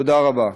תודה רבה.